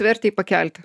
vertei pakelti